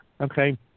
okay